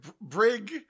brig